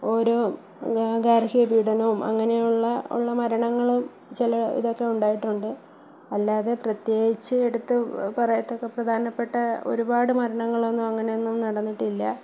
ഓരോ ഗാർഹിക പീഡനവും അങ്ങനെയുള്ള ഉള്ള മരണങ്ങളും ചില ഇതൊക്കെ ഉണ്ടായിട്ടുണ്ട് അല്ലാതെ പ്രത്യേകിച്ച് എടുത്ത് പറയത്തക്ക പ്രധാനപ്പെട്ട ഒരുപാട് മരണങ്ങളൊന്നും അങ്ങനൊന്നും നടന്നിട്ടില്ല